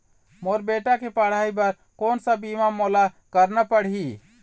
मोर बेटा के पढ़ई बर कोन सा बीमा मोला करना पढ़ही?